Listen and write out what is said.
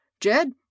Jed